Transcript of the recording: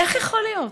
איך יכול להיות?